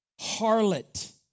harlot